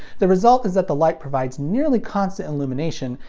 the result is that the light provides nearly constant illumination,